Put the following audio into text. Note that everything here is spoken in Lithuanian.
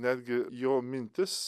netgi jo mintis